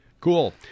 Cool